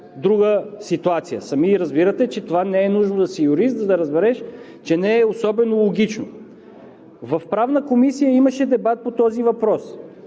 друга ситуация. Сами разбирате, че не е нужно да си юрист, за да разбереш, че не е особено логично. В Правната комисия имаше дебат по този въпрос,